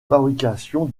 fabrication